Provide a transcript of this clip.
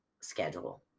schedule